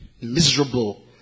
miserable